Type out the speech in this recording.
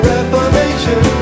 Reformation